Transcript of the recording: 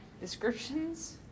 descriptions